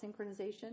synchronization